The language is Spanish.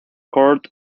court